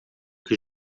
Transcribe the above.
que